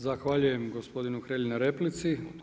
Zahvaljujem gospodinu Hrelji na replici.